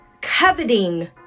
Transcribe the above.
coveting